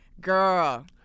Girl